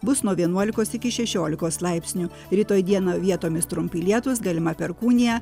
bus nuo vienuolikos iki šešiolikos laipsnių rytoj dieną vietomis trumpi lietūs galima perkūnija